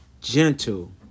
gentle